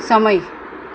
સમય